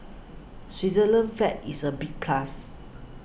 Switzerland's flag is a big plus